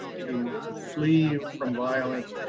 to to flee from violence,